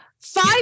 five